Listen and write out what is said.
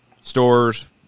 stores